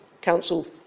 council